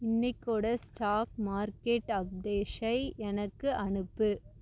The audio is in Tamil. இன்றைக்கோட ஸ்டாக் மார்க்கெட் அப்டேஷை எனக்கு அனுப்பு